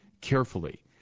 carefully